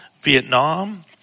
Vietnam